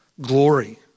glory